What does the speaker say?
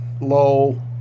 low